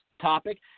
topic